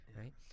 right